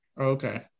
Okay